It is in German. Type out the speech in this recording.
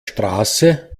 straße